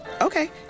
Okay